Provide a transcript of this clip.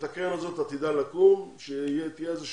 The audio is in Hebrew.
הקרן הזאת עתידה לקום כשתהיה איזה שותפות,